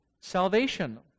salvation